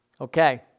Okay